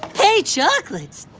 hey, chocolates!